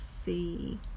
see